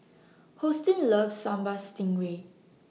Hosteen loves Sambal Stingray